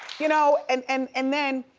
you know and and and then,